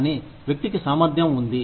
కానీ వ్యక్తికి సామర్ధ్యం ఉంది